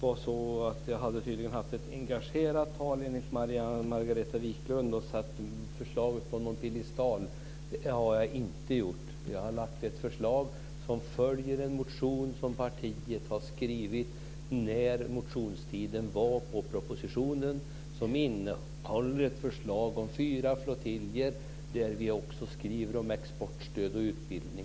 Fru talman! Enligt Margareta Viklund hade jag hållit ett engagerat tal och satt något förslag på en piedestal. Det har jag inte gjort. Jag har lagt fram ett förslag som följer den motion som partiet har väckt till propositionen. Motionen innehåller ett förslag om fyra flottiljer. Vi skriver också om exportstöd och utbildning.